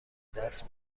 دست